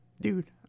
dude